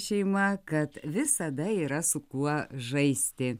šeima kad visada yra su kuo žaisti